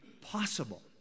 possible